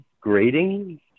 grading